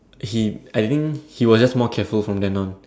he I think he was just more careful from then on